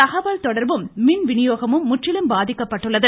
தகவல் தொடர்பும் மின் விநியோகமும் முற்றிலும் பாதிக்கப்பட்டுள்ளது